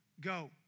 go